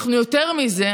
יותר מזה,